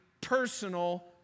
personal